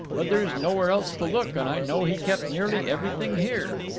but there's nowhere else to look, and i know he kept nearly everything here.